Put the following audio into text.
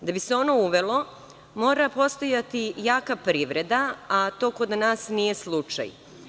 Da bi se ono uvelo mora postojati jaka privreda, a to kod nas nije slučaj.